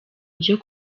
byo